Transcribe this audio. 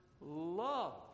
love